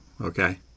Okay